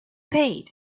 paid